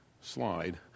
slide